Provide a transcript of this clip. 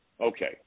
Okay